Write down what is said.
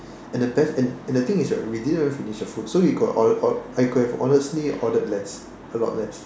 and the best and the thing is right we didn't even finish the food so you could or~ or~ ordered I could have honestly ordered less a lot less